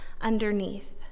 underneath